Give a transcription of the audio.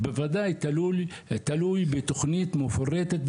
בוודאי תלוי בתוכנית מפורטת,